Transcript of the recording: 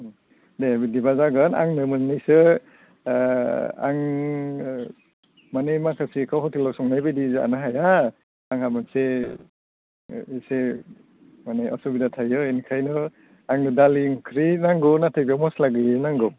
दे बिदिब्ला जागोन आंनो मोननैसो आं माने माखासेखौ हटेलाव संनायबायदि जानो हाया आंहा मोनसे एसे माने असुबिदा थायो इनिखायनो आंनो दालि ओंख्रि नांगौ नाथाय बेयाव मस्ला गैयि नांगौ